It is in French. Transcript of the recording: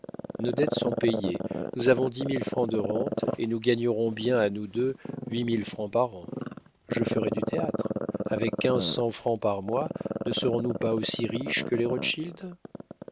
nos dettes sont payées nous avons dix mille francs de rentes et nous gagnerons bien à nous deux huit mille francs par an je ferai du théâtre avec quinze cents francs par mois ne serons-nous pas aussi riches que les rostchild